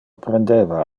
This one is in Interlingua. prendeva